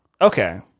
Okay